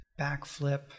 Backflip